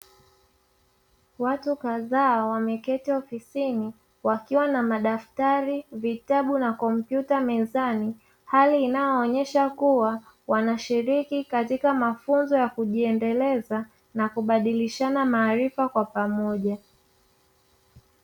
Watu kadhaa wameketi ofisini wakiwa na madaftari, vitabu na kompyuta mezani, hali inayoonyesha kuwa wanashiriki katika mafunzo ya kujiendeleza na kubadilishana maarifa kwa pamoja.